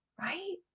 right